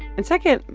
and second,